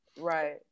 Right